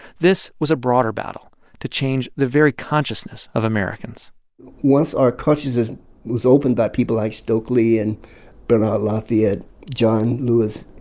this was a broader battle to change the very consciousness of americans once our consciousness was opened by people like stokely and bernard lafayette, john lewis,